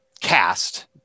cast